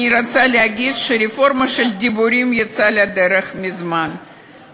אני רוצה להגיד שהרפורמה של דיבורים יצאה לדרך מזמן,